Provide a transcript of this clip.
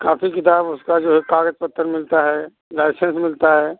copy किताब उसका जो है कागज़ पत्र मिलता है लाइसेंस मिलता है